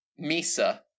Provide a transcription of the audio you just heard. Misa